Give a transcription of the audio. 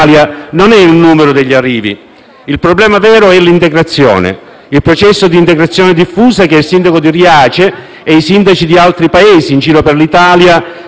Il problema vero è l'integrazione; il processo di integrazione diffusa che il sindaco di Riace e i sindaci di altri paesi in giro per l'Italia stanno cercando di mettere in atto.